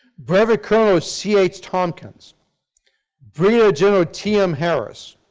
brevet colonel c. h. thompkins brigadier general t. m. harris